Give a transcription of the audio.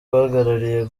uhagarariye